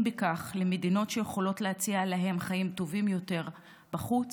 בכך למדינות שיכולות להציע להם חיים טובים יותר בחוץ,